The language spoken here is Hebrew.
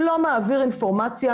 לא מעביר אינפורמציה,